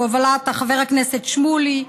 בהובלת חבר הכנסת שמולי,